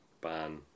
ban